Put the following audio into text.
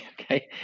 okay